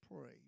pray